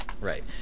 Right